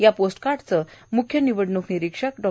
या पोस्टकार्डचे म्ख्य निवडणूक निरिक्षक डॉ